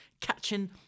catching